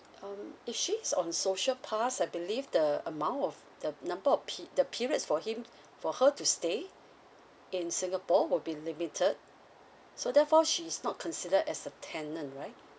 um if she is on social pass I believe the amount of the number of pe~ the periods for him for her to stay in singapore will be limited so therefore she's not considered as a tenant right